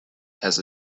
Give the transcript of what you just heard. has